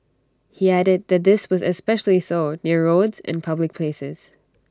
he added that this was especially so near roads and public places